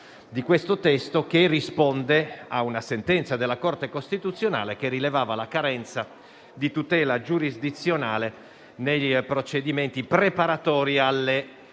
di questo testo, che risponde a una sentenza della Corte costituzionale che rilevava la carenza di tutela giurisdizionale nei procedimenti preparatori alle